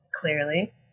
clearly